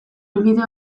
helbide